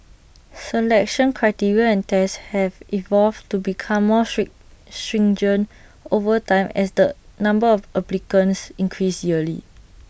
selection criteria and tests have evolved to become more stringent over time as the number of applicants increase yearly